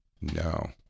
No